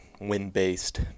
wind-based